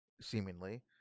seemingly